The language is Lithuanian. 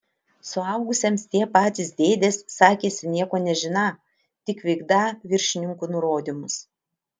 suaugusiems tie patys dėdės sakėsi nieko nežiną tik vykdą viršininkų nurodymus